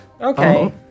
Okay